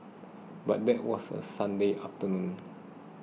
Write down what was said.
but that was a Sunday afternoon